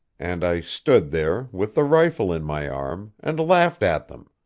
and i stood there, with the rifle in my arm, and laughed at them.